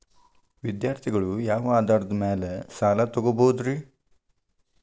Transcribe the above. ವಿದ್ಯಾರ್ಥಿಗಳು ಯಾವ ಆಧಾರದ ಮ್ಯಾಲ ಸಾಲ ತಗೋಬೋದ್ರಿ?